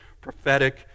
prophetic